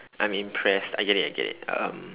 I'm impressed I get it I get it um